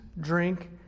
drink